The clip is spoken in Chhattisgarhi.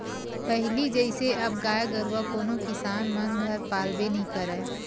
पहिली जइसे अब गाय गरुवा कोनो किसान मन घर पालबे नइ करय